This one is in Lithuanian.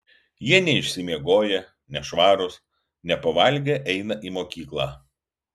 jie neišsimiegoję nešvarūs nepavalgę eina į mokyklą